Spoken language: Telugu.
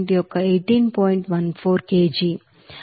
14 by 64